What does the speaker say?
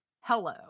Hello